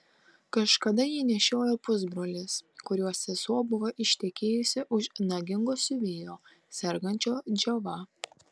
kažkada jį nešiojo pusbrolis kurio sesuo buvo ištekėjusi už nagingo siuvėjo sergančio džiova